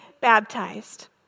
baptized